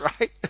right